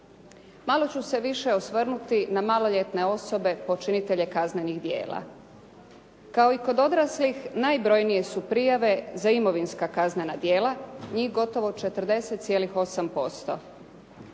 Malo ću se više osvrnuti na maloljetne osobe počinitelje kaznenih djela. Kao i kod odraslih najbrojnije su prijave za imovinska kaznena djela njih gotovo 40,8%.